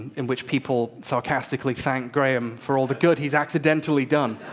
in which people sarcastically thanked graham for all the good he's accidentally done.